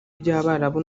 by’abarabu